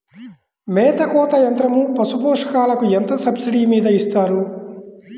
మేత కోత యంత్రం పశుపోషకాలకు ఎంత సబ్సిడీ మీద ఇస్తారు?